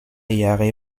jahre